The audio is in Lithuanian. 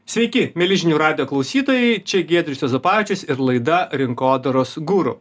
sveiki mieli žinių radijo klausytojai čia giedrius juozapavičius ir laida rinkodaros guru